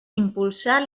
impulsar